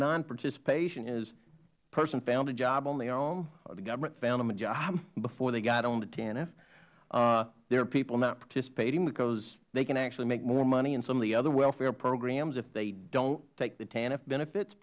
nonparticipation is a person found a job on their own the government found them a job before they got on tanf there are people not participating because they can actually make more money in some of the other welfare programs if they dont take the tanf benefits